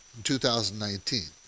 2019